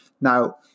now